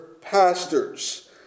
pastors